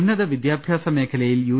ഉന്നത വിദ്യാഭ്യാസമേഖലയിൽ യു